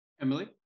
Emily